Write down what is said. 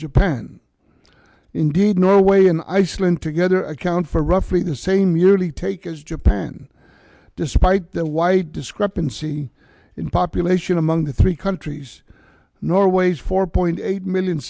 japan indeed norway and iceland together account for roughly the same yearly take as japan despite the wide discrepancy in population among the three countries norway's four point eight million